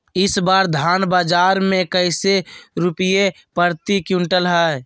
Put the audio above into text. इस बार धान बाजार मे कैसे रुपए प्रति क्विंटल है?